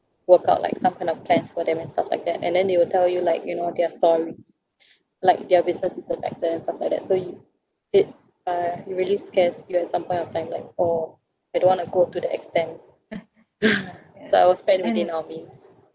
work out like some kind of plans for them and stuff like that and then they will tell you like you know their story like their business is affected and stuff like that so you it uh it really scares you at some point of time like oh I don't want to go to that extent so I'll spend within our means